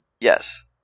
Yes